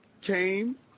came